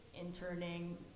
interning